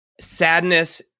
sadness